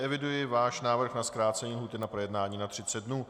Eviduji váš návrh na zkrácení lhůty na projednání na 30 dnů.